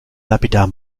lapidar